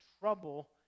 trouble